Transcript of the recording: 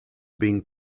being